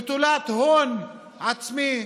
נטולת הון עצמי,